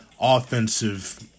offensive